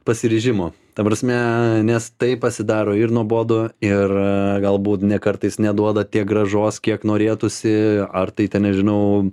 pasiryžimo ta prasme nes tai pasidaro ir nuobodu ir galbūt ne kartais neduoda tiek grąžos kiek norėtųsi ar tai ten nežinau